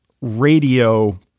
radio